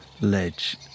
ledge